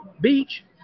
Beach